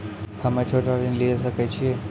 हम्मे छोटा ऋण लिये सकय छियै?